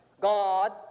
God